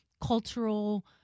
cultural